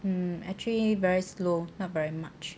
um actually very slow not very much